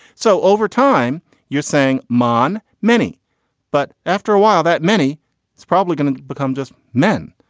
so over time you're saying man many but after a while that many it's probably going to become just men.